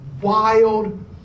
wild